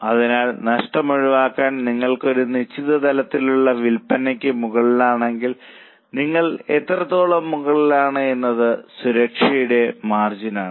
അതിനാൽ നഷ്ടം ഒഴിവാക്കാൻ നിങ്ങൾ ഒരു നിശ്ചിത തലത്തിലുള്ള വിൽപ്പനയ്ക്ക് മുകളിലാണെങ്കിൽ നിങ്ങൾ എത്രത്തോളം മുകളിലാണ് എന്നത് സുരക്ഷയുടെ മാർജിൻ ആണ്